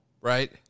right